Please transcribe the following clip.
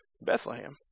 Bethlehem